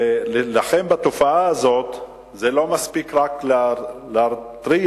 שכדי להילחם בתופעה הזו לא מספיק רק להתריע